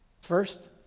First